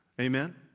Amen